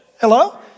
Hello